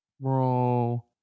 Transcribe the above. Bro